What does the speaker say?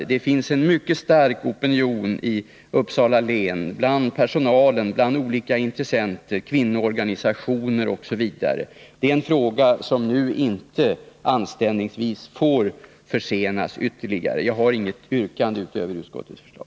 Det finns en mycket stor opinion härför inom Uppsala län — bland personalen och bland olika intressenter, t.ex. olika kvinnoorganisationer. Detta är en fråga som nu anständigtvis inte får försenas ytterligare. Jag har inget yrkande utöver utskottets förslag.